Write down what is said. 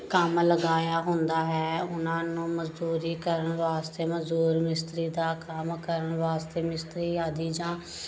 ਕੰਮ ਲਗਾਇਆ ਹੁੰਦਾ ਹੈ ਉਹਨਾਂ ਨੂੰ ਮਜ਼ਦੂਰੀ ਕਰਨ ਵਾਸਤੇ ਮਜ਼ਦੂਰ ਮਿਸਤਰੀ ਦਾ ਕੰਮ ਕਰਨ ਵਾਸਤੇ ਮਿਸਤਰੀ ਆਦਿ ਜਾਂ